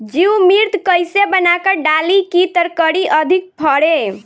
जीवमृत कईसे बनाकर डाली की तरकरी अधिक फरे?